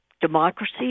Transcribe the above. democracy